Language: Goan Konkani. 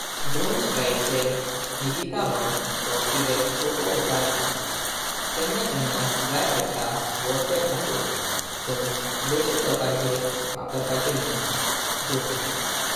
ड्रोन स्ट्राइक चे नितीतवां चो किते सोप उत्तर ना। केंना केंना जाई पडता वॉरफेअर खातीर। पण बेश्ते लोलांचर वापारपाचे न्हू ड्रोन स्ट्राइक।